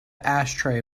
ashtray